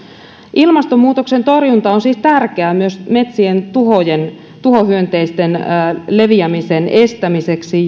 ilmastonmuutoksen torjunta on siis tärkeää myös metsien tuhohyönteisten leviämisen estämiseksi